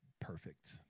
perfect